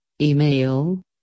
email